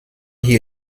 hier